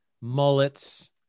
mullets